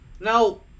Now